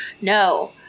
No